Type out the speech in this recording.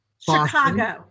Chicago